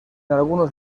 algunos